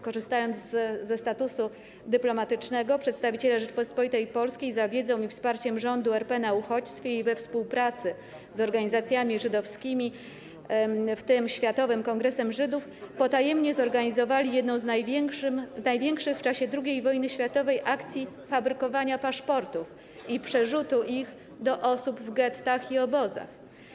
Korzystając ze statusu dyplomatycznego, przedstawiciele Rzeczypospolitej Polskiej, za wiedzą i wsparciem rządu RP na uchodźstwie i we współpracy z organizacjami żydowskimi, w tym Światowym Kongresem Żydów, potajemnie zorganizowali jedną z największych w czasie II wojny światowej akcji fabrykowania paszportów i przerzutu ich do osób w gettach i obozach.